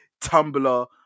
Tumblr